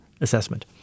assessment